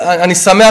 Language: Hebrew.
אני שמח,